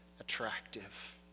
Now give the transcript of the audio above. attractive